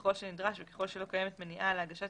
ככל הנדרש וככל שלא קיימת מניעה להגשת